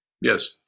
Yes